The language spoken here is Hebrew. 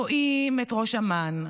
רואים את ראש אמ"ן,